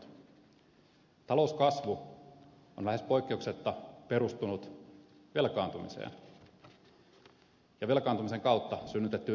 talouskasvu on lähes poikkeuksetta perustunut velkaantumiseen ja velkaantumisen kautta synnytettyyn rahaan